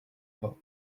about